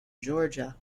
georgia